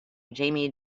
jaime